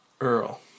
Earl